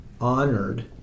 honored